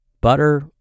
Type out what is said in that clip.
butter